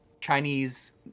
Chinese